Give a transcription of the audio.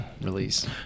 release